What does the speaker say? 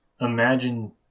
imagine